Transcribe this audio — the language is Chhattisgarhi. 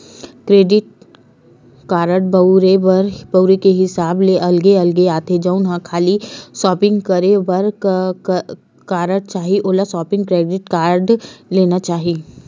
क्रेडिट कारड बउरई के हिसाब ले अलगे अलगे आथे, जउन ल खाली सॉपिंग करे बर कारड चाही ओला सॉपिंग क्रेडिट कारड लेना चाही